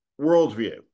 worldview